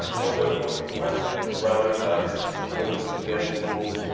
other consequences rather than because of the death toll,